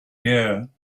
year